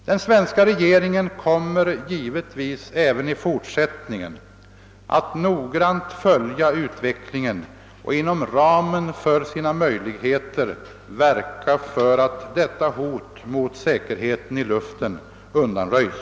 Den svenska regeringen kommer givetvis även i fortsättningen att noggrant följa utvecklingen och inom ramen för sina möjligheter verka för att detta hot mot säkerheten i luften undanröjs.